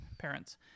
parents